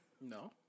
No